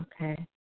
Okay